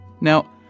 Now